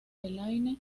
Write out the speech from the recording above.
elaine